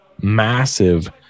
massive